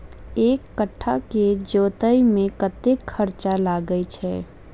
एक कट्ठा केँ जोतय मे कतेक खर्चा लागै छै?